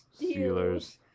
Steelers